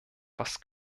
was